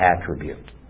attribute